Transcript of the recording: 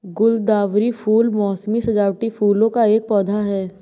गुलदावरी फूल मोसमी सजावटी फूलों का एक पौधा है